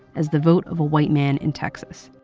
as the vote of a white man in texas.